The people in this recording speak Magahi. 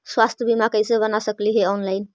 स्वास्थ्य बीमा कैसे बना सकली हे ऑनलाइन?